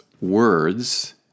words